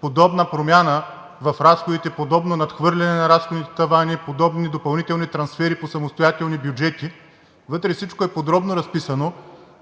подобна промяна в разходите, подобно надхвърляне на разходните тавани, подобни допълнителни трансфери по самостоятелни бюджети. Вътре всичко е подробно разписано.